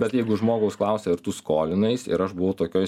bet jeigu žmogus klausia ar tu skolinais ir aš buvau tokioj